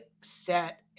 set